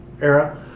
era